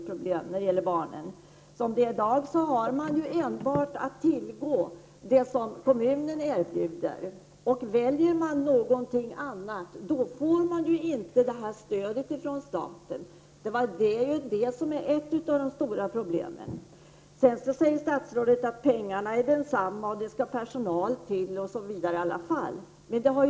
Som det är i dag har människorna enbart att tillgå det som kommunen erbjuder. Väljer man någonting annat, får man inte del av det här stödet från staten. Det är ett av de stora problemen i detta sammanhang. Statsrådet säger att pengarna är desamma, att det måste till personal i alla fall osv.